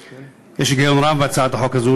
יש היגיון רב בהצעת החוק הזאת,